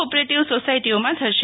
operative સોસાયટીઓમાં થશે